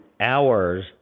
hours